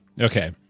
Okay